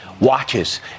watches